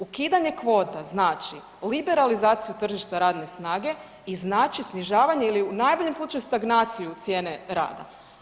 Ukidanje kvote znači liberalizaciju tržišta radne snage i znači snižavanje ili u najboljem slučaju stagnaciju cijene rada.